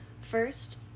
first